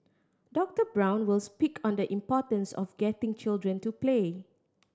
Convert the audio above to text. Doctor Brown will speak on the importance of getting children to play